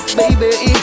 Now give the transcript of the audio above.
Baby